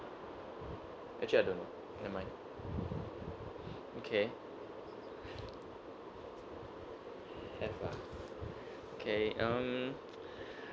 actually I don't know never mind okay have ah okay mm